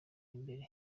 imbere